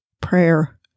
prayer